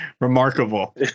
remarkable